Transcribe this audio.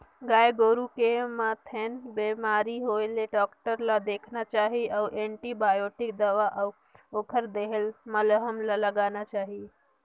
गाय गोरु के म थनैल बेमारी होय ले डॉक्टर ल देखाना चाही अउ एंटीबायोटिक दवा अउ ओखर देहल मलहम ल लगाना चाही